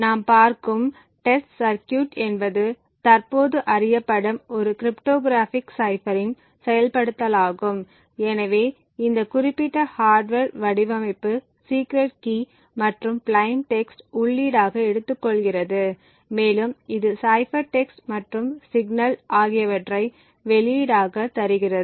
நாம் பார்க்கும் test circuit என்பது தற்போது அறியப்படும் ஒரு கிரிப்டோகிராஃபிக் சைஃப்பரின் செயல்படுத்தலாகும் எனவே இந்த குறிப்பிட்ட ஹார்ட்வர் வடிவமைப்பு சீக்ரெட் கீ மற்றும் பிளைன் டெக்ஸ்ட் உள்ளீடாக எடுத்துக்கொள்கிறது மேலும் இது சைபர் டெக்ஸ்ட் மற்றும் சிக்னல் ஆகியவற்றை வெளியீடாக தருகிறது